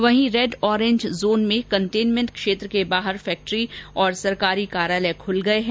वहीं red orange zone में containment क्षेत्र के बाहर फैक्ट्री और सरकारी कार्यालय खुल गये है